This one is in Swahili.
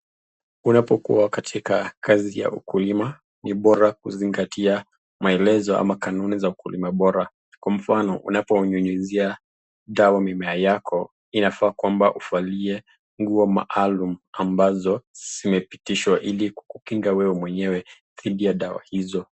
Unapokuwa katika kazi ya ukiulima, ni bora kuzingatia maelezo ama kanuni ya ukulima, kwa mfano unapowanyunyuzia dawa mimea yako kwamba uvalie nguo maalum ambazo zinapitishwaili kukukinga wewe mweyewe dhidi ya dawa hizo.